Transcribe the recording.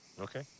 Okay